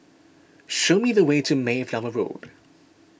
show me the way to Mayflower Road